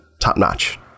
top-notch